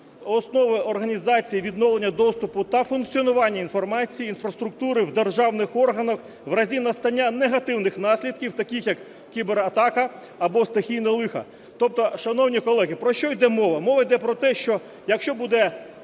основи організації відновлення доступу та функціонування інформаційної інфраструктури в державних органах в разі настання негативних наслідків, таких як кібератака або стихійне лихо. Тобто, шановні колеги, про що йде мова? Мова йде про те, що якщо буде